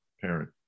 parent